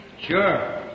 Sure